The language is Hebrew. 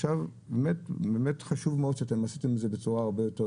עכשיו חשוב מאוד שאתם עשיתם את זה בצורה הרבה יותר